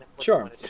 sure